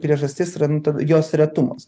priežastis yra nu ta jos retumas